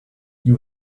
you